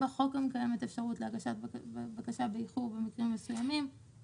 בחוק גם קיימת אפשרות להגשת בקשה באיחור במקרים מסוימים,